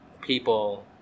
people